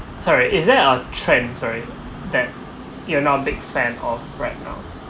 sorry is there a trend sorry that you are now a big fan of right now